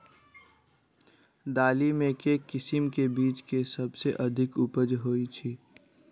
दालि मे केँ किसिम केँ बीज केँ सबसँ अधिक उपज होए छै?